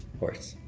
horse.